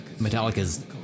Metallica's